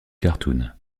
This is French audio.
cartoon